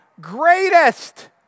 greatest